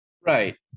Right